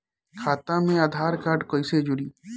खाता मे आधार कार्ड कईसे जुड़ि?